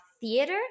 Theater